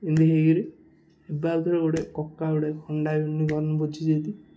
ଏମିତି ହେଇକରି ଏବା ଆଉଥରେ ଗୋଟେ କକା ଗୋଟେ ହୋଣ୍ଡା ୟୁନିକର୍ଣ୍ଣ ବୁଝିଛନ୍ତି